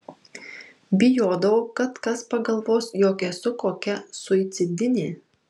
bijodavau kad kas pagalvos jog esu kokia suicidinė